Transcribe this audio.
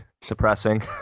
depressing